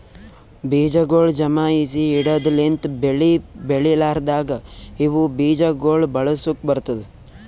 ಬೀಜಗೊಳ್ ಜಮಾಯಿಸಿ ಇಡದ್ ಲಿಂತ್ ಬೆಳಿ ಬೆಳಿಲಾರ್ದಾಗ ಇವು ಬೀಜ ಗೊಳ್ ಬಳಸುಕ್ ಬರ್ತ್ತುದ